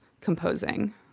composing